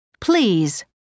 Please